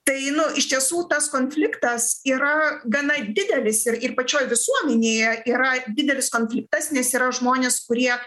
tai nu iš tiesų tas konfliktas yra gana didelis ir ir pačioj visuomenėje yra didelis konfliktas nes yra žmonės kurie